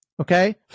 Okay